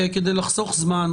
כדי לחסוך זמן,